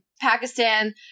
Pakistan